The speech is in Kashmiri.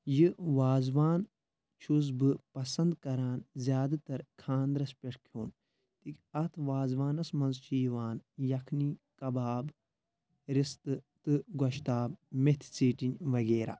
یہِ وازوان چھُس بہٕ پَسنٛد کرَان زیادٕ تَر خانٛدرَس پؠٹھ کِھیوٚن اَتھ وازوانَس منٛز چھِ یِوان یَکھنی کَباب رِستہٕ تہٕ گۄشتاب میٚتھ ژیٖٹِنۍ وغیرہ